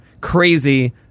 Crazy